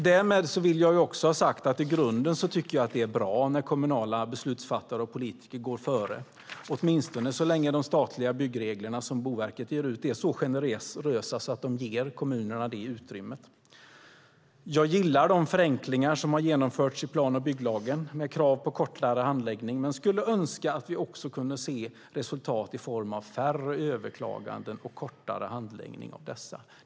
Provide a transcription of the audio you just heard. Därmed vill jag också ha sagt att jag i grunden tycker att det är bra när kommunala beslutsfattare och politiker går före, åtminstone så länge de statliga byggreglerna som Boverket ger ut är så generösa att de ger kommunerna det utrymmet. Jag gillar de förenklingar som har genomförts i plan och bygglagen, med krav på kortare handläggning, men skulle önska att vi också kunde se resultat i form av färre överklaganden och kortare handläggning av dessa.